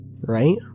right